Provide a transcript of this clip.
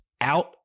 out